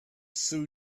soon